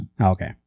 Okay